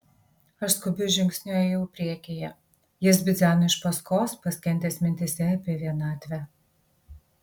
aš skubiu žingsniu ėjau priekyje jis bidzeno iš paskos paskendęs mintyse apie vienatvę